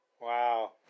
wow